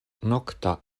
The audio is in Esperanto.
nokta